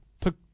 took